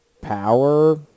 power